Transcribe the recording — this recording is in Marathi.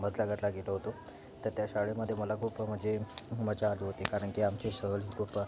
मजलाघरला गेलो होतो तर त्या शाळेमध्ये मला खूप म्हणजे मजा आली होती कारण की आमची सहल खूप